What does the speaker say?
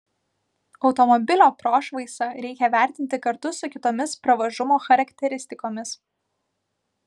automobilio prošvaisą reikia vertinti kartu su kitomis pravažumo charakteristikomis